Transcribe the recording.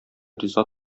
риза